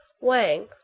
wang